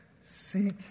seek